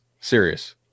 Serious